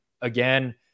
Again